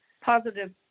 positive